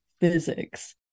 physics